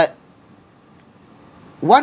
one